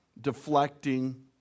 deflecting